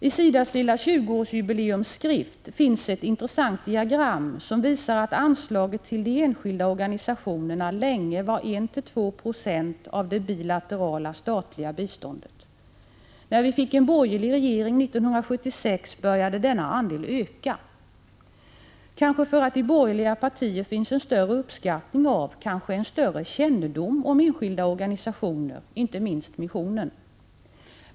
I SIDA: s lilla 20-årsjubileumsskrift finns också ett intressant diagram, som visar att anslaget till de enskilda organisationerna länge var 1-2 90 av det bilaterala statliga biståndet. När vi fick en borgerlig regering 1976 började denna andel öka, kanske därför att det i borgerliga partier finns en större uppskattning av och kanske en större kännedom om enskilda organisationer, inte minst på missionens område.